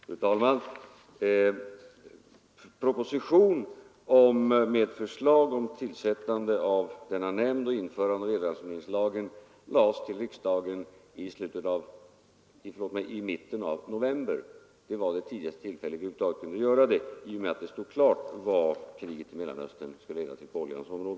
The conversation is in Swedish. Fru talman! Proposition med förslag om tillsättande av denna nämnd och införande av elransoneringslagen framlades för riksdagen i mitten av november. Det var det tidigaste tillfälle då vi över huvud taget kunde göra detta, i och med att det då stod klart vad kriget i Mellanöstern skulle leda till på oljans område.